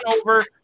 over